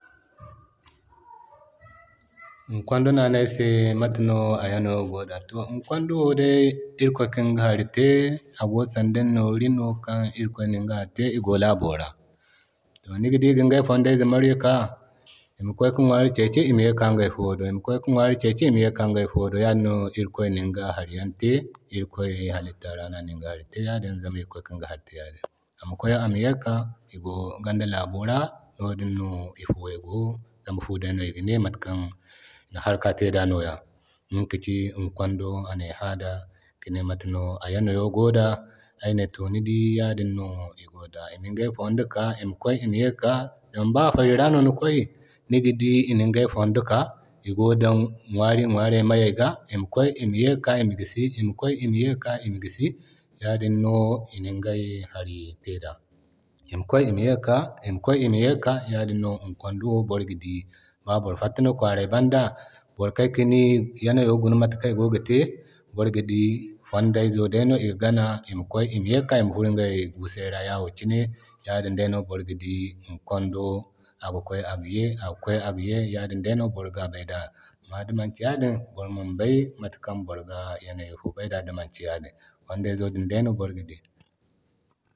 Iŋkondo no ane ayse mate no a yanayo go da. To ikonda wo day irikoy ka inga hari te, ago sanda innori no kan irikoy na iga hari yante igo labora. To naga di iga igay fodoze maryo ka ima kway ka iga nwari keki ima ya kika igay fuwo do. Yadin no irikoy niga hariyante, irikoya halitta ra no aniga hari te zama irikoy Kinga hari te ya din. Ama kway ama ye ki ka igo ganda labora no din no ifuwey go, zama fuu dai no iga ne, matakan harka te da no. Ŋga ka ci iŋkwando anay haa da ki ne mata no i yana yo goda, ay ne to ni di yadin no igo da. Inigey fondo ka ima kway ima ye ki ka. Zama ba faray ya no ni kway niga ni inga fondo ka niga di ñwari meyay ga ima kway ima ye ki ka ima gisi. Ima kway ima ye ki ka ima gisi, ya din no ingay hari te da. Ima kway ima ye kika, ima kway ima ye kika, yadin no iŋkonda wo, ba boro farta no Kwarey banda boro ni yanayay guna mata kana igo gi te boroga di fondayzo dai no iga gana ima kway ima ye kika ima furo iga gusay ra ya wo kine. Amma di manki ya din boro man bay mata kan boro ga yanayi fo bay da dimanki yadin, fonday zo din day no boro ga dii